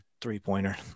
three-pointer